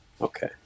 Okay